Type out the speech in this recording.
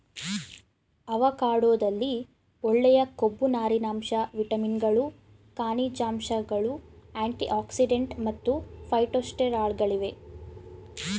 ಅವಕಾಡೊದಲ್ಲಿ ಒಳ್ಳೆಯ ಕೊಬ್ಬು ನಾರಿನಾಂಶ ವಿಟಮಿನ್ಗಳು ಖನಿಜಾಂಶಗಳು ಆಂಟಿಆಕ್ಸಿಡೆಂಟ್ ಮತ್ತು ಫೈಟೊಸ್ಟೆರಾಲ್ಗಳಿವೆ